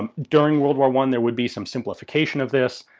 um during world war one there would be some simplification of this.